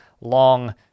long